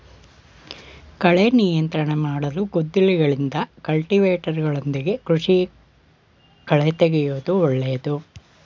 ಕಳೆ ನಿಯಂತ್ರಣ ಮಾಡಲು ಗುದ್ದಲಿಗಳಿಂದ, ಕಲ್ಟಿವೇಟರ್ಗಳೊಂದಿಗೆ ಕೃಷಿ ಕಳೆತೆಗೆಯೂದು ಒಳ್ಳೇದು